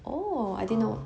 ah